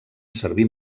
servir